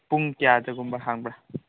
ꯄꯨꯡ ꯀꯌꯥꯗꯒꯨꯝꯕ ꯍꯥꯡꯕ꯭ꯔꯥ